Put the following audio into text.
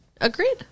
Agreed